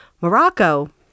Morocco